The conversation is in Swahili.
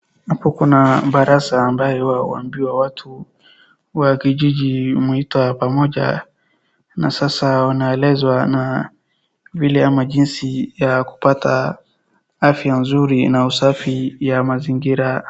Hapo kuna barasa ambayo huwa huwambia watu wa kijiji mwita pamoja, na sasa wanaelezwa na vile ama jinsi ya kupata afya nzuri na usafi ya mazingira.